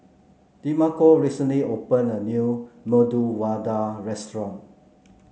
Demarco recently opened a new Medu Vada Restaurant